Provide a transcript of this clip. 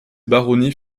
baronnies